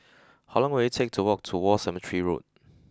how long will it take to walk to War Cemetery Road